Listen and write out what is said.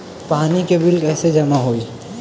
पानी के बिल कैसे जमा होयी?